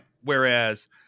Whereas